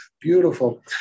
Beautiful